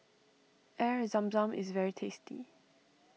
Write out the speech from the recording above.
Air Zam Zam is very tasty